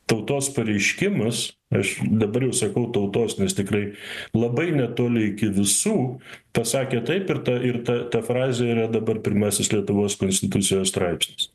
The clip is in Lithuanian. tautos pareiškimas aš dabar jau sakau tautos nes tikrai labai netoli iki visų pasakė taip ir ta ir ta ta frazė yra dabar pirmasis lietuvos konstitucijos straipsnis